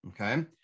Okay